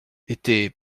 était